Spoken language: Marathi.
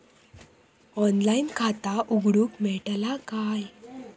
ऑनलाइन खाता उघडूक मेलतला काय?